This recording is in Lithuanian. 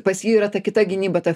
pas jį yra ta kita gynyba ta